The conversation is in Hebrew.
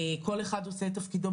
כל אחד עושה את תפקידו.